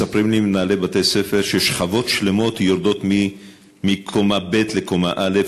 מספרים לי מנהלי בתי-ספר ששכבות שלמות יורדות מקומה ב' לקומה א',